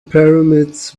pyramids